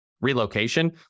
relocation